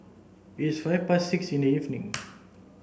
its five past six in the evening